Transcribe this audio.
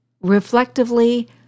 Reflectively